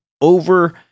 over